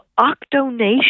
Octonation